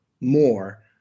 more